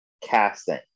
casting